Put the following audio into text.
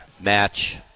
match